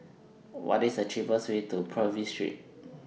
What IS The cheapest Way to Purvis Street